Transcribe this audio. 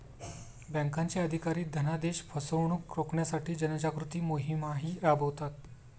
बँकांचे अधिकारी धनादेश फसवणुक रोखण्यासाठी जनजागृती मोहिमाही राबवतात